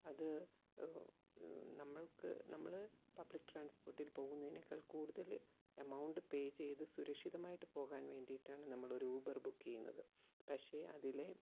അത് നമ്മൾക്ക് നമ്മൾ പബ്ലിക്ക് ട്രാൻസ്പോർട്ടിൽ പോകുന്നതിനേക്കാൾ കൂടുതൽ എമൗണ്ട് പേ ചെയ്ത് സുരക്ഷിതമായിട്ട് പോകാൻ വേണ്ടിയിട്ടാണ് നമ്മളൊരു ഊബർ ബുക്ക് ചെയ്യുന്നത് പക്ഷേ അതിലെ